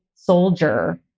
soldier